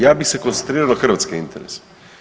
Ja bi se koncentrirao na hrvatske interese.